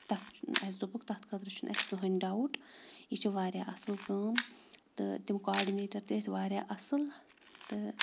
تَتھ اَسہِ دوٚپُکھ تَتھ خٲطرٕ چھُنہٕ اَسہِ کٕہٕنۍ ڈاوُٹ یہِ چھِ واریاہ اَصٕل کٲم تہٕ تِم کاڈنیٹَر تہِ ٲسۍ واریاہ اَصٕل تہٕ